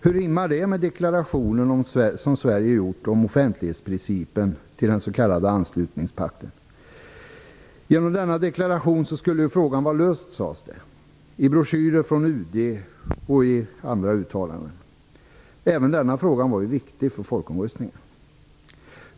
Hur rimmar detta med den deklaration som Sverige i den s.k. anslutningspakten gjort om offentlighetsprincipen? Genom denna deklaration skulle ju frågan vara löst, sades det i broschyrer från UD och i andra uttalanden. Även denna fråga var viktig för folkomröstningen.